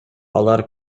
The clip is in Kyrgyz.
алар